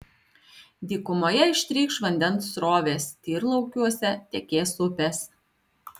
dykumoje ištrykš vandens srovės tyrlaukiuose tekės upės